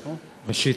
ראשית,